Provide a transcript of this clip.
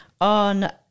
on